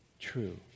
true